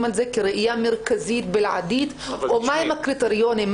על זה כראיה מרכזית בלעדית או מה הם הקריטריונים?